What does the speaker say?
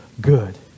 good